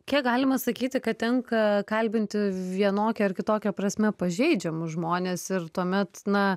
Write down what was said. kiek galima sakyti kad tenka kalbinti vienokia ar kitokia prasme pažeidžiamus žmones ir tuomet na